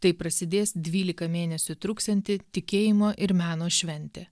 taip prasidės dvylika mėnesių truksianti tikėjimo ir meno šventė